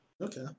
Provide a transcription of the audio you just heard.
Okay